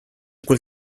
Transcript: quel